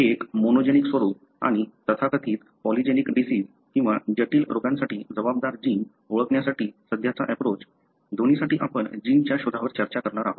एक मोनोजेनिक स्वरूप आणि तथाकथित पॉलीजेनिक डिसिज किंवा जटिल रोगासाठी जबाबदार जीन ओळखण्यासाठी सध्याचा अँप्रोच दोन्हीसाठी आपण जिनच्या शोधावर चर्चा करणार आहोत